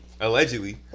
Allegedly